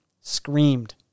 screamed